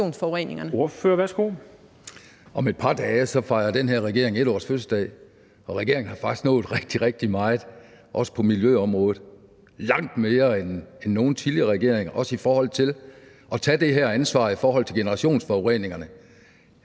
Om et par dage fejrer den her regering 1-årsfødselsdag, og regeringen har faktisk nået rigtig, rigtig meget, også på miljøområdet – langt mere end nogen tidligere regering – og ved at tage det her ansvar i forhold til generationsforureningerne.